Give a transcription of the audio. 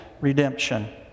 redemption